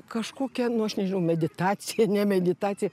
kažkokia nu aš nežinau meditacija ne meditacija